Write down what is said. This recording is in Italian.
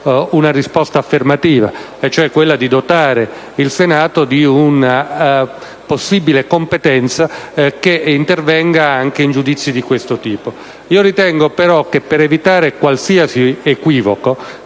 una risposta affermativa, nel senso di dotare il Senato di una possibile competenza che intervenga anche in giudizi di questo tipo. Io ritengo, però, per evitare qualsiasi equivoco